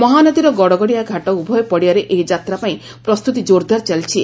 ମହାନଦୀର ଗଡଗଡିଆ ଘାଟ ଉଭୟ ପଡିଆରେ ଏହି ଯାତ୍ରା ପାଇଁ ପ୍ରସ୍ତୁତି ଜୋର୍ଦାର ଚାଲିଛି